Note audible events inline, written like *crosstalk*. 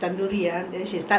*laughs*